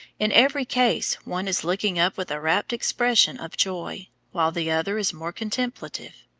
in every case one is looking up with a rapt expression of joy, while the other is more contemplative,